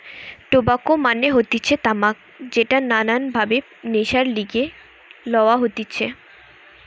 tobacco মানে হতিছে তামাক যেটা নানান ভাবে নেশার লিগে লওয়া হতিছে